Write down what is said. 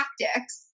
tactics